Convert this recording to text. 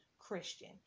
christian